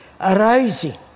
arising